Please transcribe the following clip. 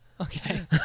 Okay